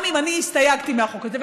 גם אם אני הסתייגתי מהחוק הזה,